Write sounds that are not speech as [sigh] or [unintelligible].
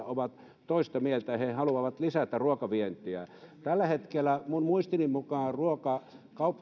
[unintelligible] ovat toista mieltä ja he he haluavat lisätä ruokavientiä tällä hetkellä minun muistini mukaan